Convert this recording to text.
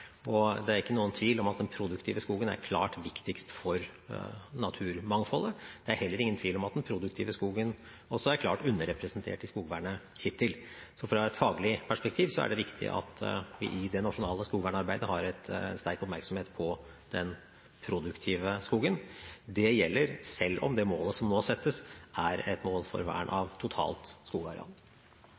Det er ikke noen tvil om at den produktive skogen er klart viktigst for naturmangfoldet. Det er heller ingen tvil om at den produktive skogen er klart underrepresentert i skogvernet hittil. Så fra et faglig perspektiv er det viktig at vi i det nasjonale skogvernarbeidet har en sterk oppmerksomhet på den produktive skogen. Det gjelder selv om det målet som nå settes, er et mål for vern av totalt skogareal.